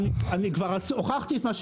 אם אין פתרון לזה, אין טעם בחוק